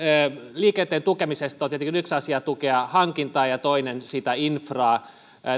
liikenteen tukemisesta on tietenkin yksi asia tukea hankintaa ja toinen sitä infraa